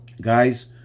guys